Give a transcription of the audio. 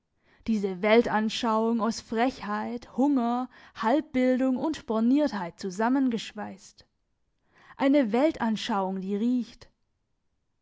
diese weltanschauung aus frechheit hunger halbbildung und borniertheit zusammengeschweisst eine weltanschauung die riecht